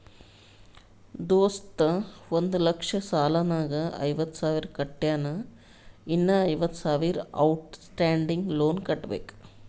ದೋಸ್ತ ಒಂದ್ ಲಕ್ಷ ಸಾಲ ನಾಗ್ ಐವತ್ತ ಸಾವಿರ ಕಟ್ಯಾನ್ ಇನ್ನಾ ಐವತ್ತ ಸಾವಿರ ಔಟ್ ಸ್ಟ್ಯಾಂಡಿಂಗ್ ಲೋನ್ ಕಟ್ಟಬೇಕ್